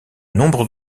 nombre